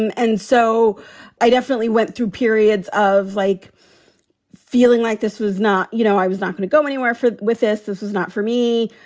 and and so i definitely went through periods of like feeling like this was not, you know, i was not going to go anywhere with this. this is not for me.